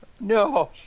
No